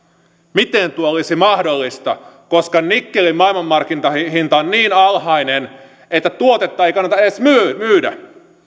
miten tuo olisi mahdollista koska nikkelin maailmanmarkkinahinta on niin alhainen että tuotetta ei kannata edes myydä myydä